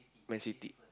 Man City